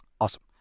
awesome